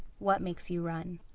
what makes you run?